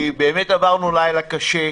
באמת עברנו לילה קשה.